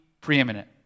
preeminent